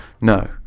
No